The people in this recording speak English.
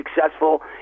successful